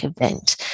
event